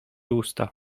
usta